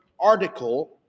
article